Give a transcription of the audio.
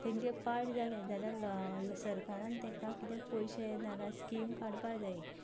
तांचें पाड जालें जाल्यार सरकारान तांकां कितें पयशे ना जाल्यार स्कीम काडपाक जाय